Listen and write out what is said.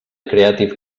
creative